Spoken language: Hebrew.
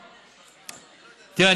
תראה,